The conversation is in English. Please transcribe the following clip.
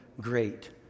great